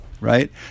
Right